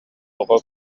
оҕо